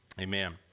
amen